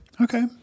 Okay